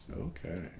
Okay